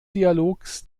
dialogs